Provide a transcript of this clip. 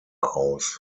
aus